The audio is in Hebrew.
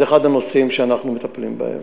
זה אחד הנושאים שאנחנו מטפלים בהם,